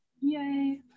Yay